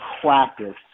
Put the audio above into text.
practice